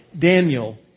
Daniel